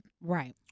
Right